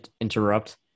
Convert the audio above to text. interrupt